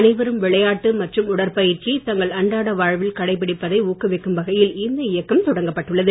அனைவரும் விளையாட்டு மற்றும் உடற்பயிற்சியை தங்கள் அன்றாட வாழ்வில் கடைபிடிப்பதை ஊக்குவிக்கும் வகையில் இயக்கம் இந்த தொடங்கப்பட்டுள்ளது